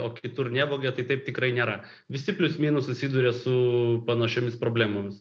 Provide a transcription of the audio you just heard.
o kitur nevogia tai taip tikrai nėra visi plius minus susiduria su panašiomis problemomis